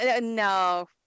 no